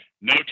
no